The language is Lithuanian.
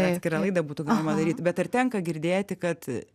atskirą laidą būtų galima daryt bet ar tenka girdėti kad